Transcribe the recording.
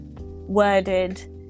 worded